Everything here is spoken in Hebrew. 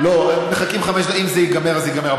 איך, לא, מחכים חמש, אם זה ייגמר, זה ייגמר.